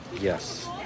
yes